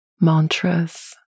mantras